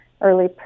early